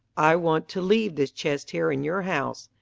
i want to leave this chest here in your house.